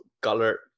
color